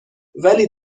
ولی